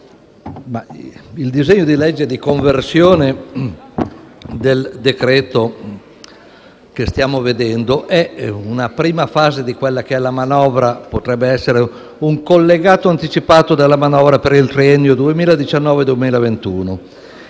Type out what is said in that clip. il disegno di legge di conversione del decreto-legge in esame è una prima fase della manovra; potrebbe essere un collegato anticipato della manovra per il triennio 2019-2021.